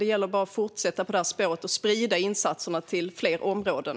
Det gäller bara att fortsätta på det här spåret och att sprida insatserna till fler områden.